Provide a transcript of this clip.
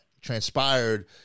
transpired